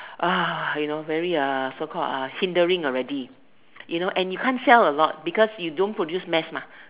you know very so called uh hindering already you know and you can't sell a lot because you don't produce mass mah